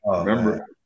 remember